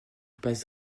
passe